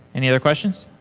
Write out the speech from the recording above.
any other questions?